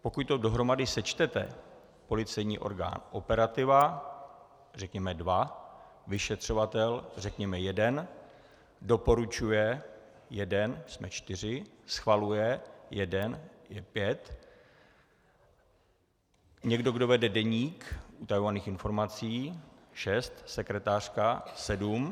Pokud to dohromady sečtete: policejní orgán, operativa řekněme dva, vyšetřovatel řekněme jeden, doporučuje jeden, jsme čtyři, schvaluje jeden, to je pět, někdo, kdo vede deník utajovaných informací šest, sekretářka sedm.